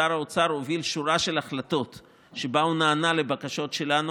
ששר האוצר הוביל שורה של החלטות שבהן הוא נענה לבקשות שלנו,